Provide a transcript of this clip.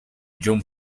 john